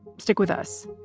stick with us